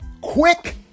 quick